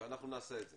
ואנחנו נעשה את זה.